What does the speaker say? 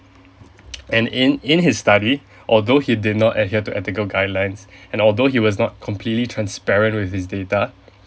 and in in his study although he did not adhere to the ethical guidelines and although he was not completely transparent with this data